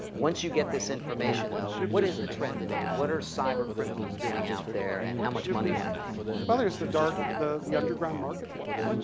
once you get this information, though, what is the trend today? what are cyber-criminals doing out there, and how much money are they making? well, there's the dark the the underground marketplace.